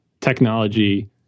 technology